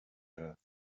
earth